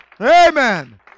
Amen